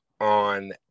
on